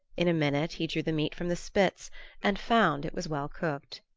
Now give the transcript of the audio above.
in a minute he drew the meat from the spits and found it was well cooked.